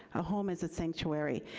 a home is a sanctuary,